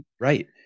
Right